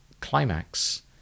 climax